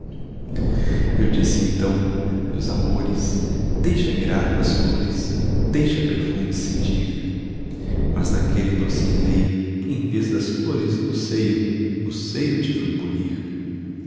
eu disse então meus amores deixa mirar tuas flores deixa perfumes sentir mas naquele doce enleio em vez das flores no seio no seio te fui bulir